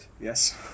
Yes